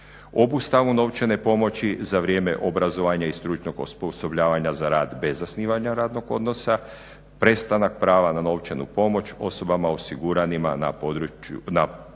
Obustavom novčane pomoći za vrijeme obrazovanja i stručnog osposobljavanja za rad bez zasnivanja radnog odnosa, prestanak prava na novčanu pomoć osobama osiguranima na produženo